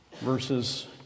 verses